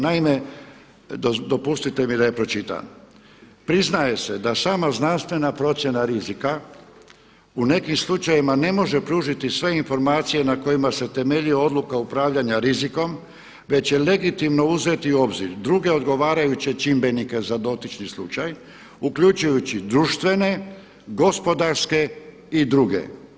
Naime, dopustite mi da je pročitam, priznaje se da sama znanstvena procjena rizika u nekim slučajevima ne može pružiti sve informacije na kojima se temelji odluka upravljanja rizikom već je legitimno uzeti u obzir druge odgovarajuće čimbenike za dotični slučaj uključujući društvene, gospodarske i druge.